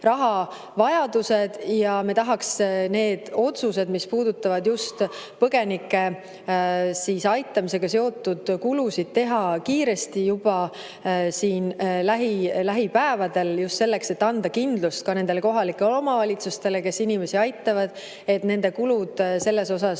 rahavajadused ja me tahaks need otsused, mis puudutavad põgenike aitamisega seotud kulusid, teha kiiresti siin lähipäevadel just selleks, et anda kindlus ka kohalikele omavalitsustele, kes inimesi aitavad, et nende kulud kaetakse